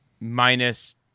minus